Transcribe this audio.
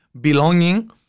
belonging